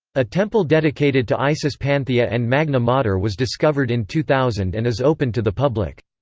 a temple dedicated to isis panthea and magna mater was discovered in two thousand and is open to the public.